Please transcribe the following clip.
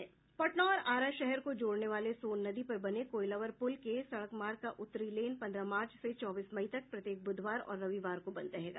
पटना और आरा शहर को जोड़ने वाले सोन नदी पर बने कोइलवर पुल के सड़क मार्ग का उत्तरी लेन पन्द्रह मार्च से चौबीस मई तक प्रत्येक बुधवार और रविवार को बंद रहेगा